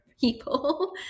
people